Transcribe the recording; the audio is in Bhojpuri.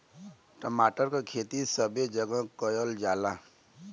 टमाटर क खेती सबे जगह करल जाला